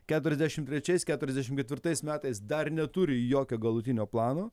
keturiasdešim trečiais keturiasdešim ketvirtais metais dar neturi jokio galutinio plano